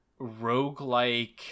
roguelike